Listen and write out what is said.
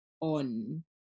on